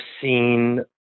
seen